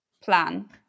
plan